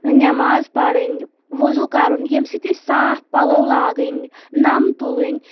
نٮ۪ماز پرٕنۍ وُضوٗ کرُن ییٚمہِ سۭتۍ أسۍ صاف پَلو لاگٕنۍ نم تُلٕنۍ